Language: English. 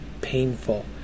painful